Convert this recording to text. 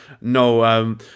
no